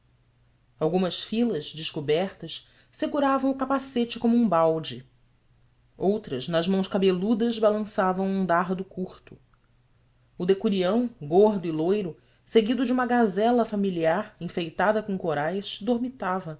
algumas filas descobertas seguravam o capacete como um balde outras nas mãos cabeludas balançavam um dardo curto o decurião gordo e louro seguido de uma gazela familiar enfeitada com corais dormitava